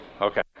Okay